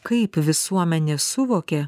kaip visuomenė suvokė